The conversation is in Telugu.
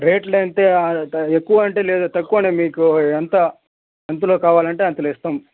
రేట్లు అంటే త ఎక్కువ అంటే లేదు తక్కువ మీకు ఎంత ఎంతలో కావాలంటే అంతలో ఇస్తాం